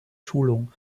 schulung